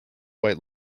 white